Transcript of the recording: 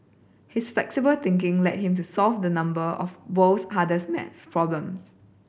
his flexible thinking led him to solve a number of world's hardest math problems